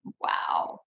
wow